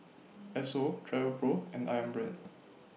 Esso Travelpro and Ayam Brand